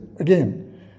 Again